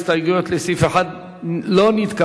ההסתייגות של קבוצת סיעת חד"ש לסעיף 1 לא נתקבלה.